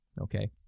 Okay